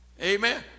Amen